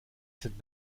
sind